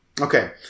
Okay